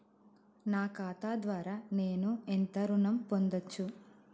నా ఖాతా ద్వారా నేను ఎంత ఋణం పొందచ్చు?